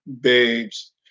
Babes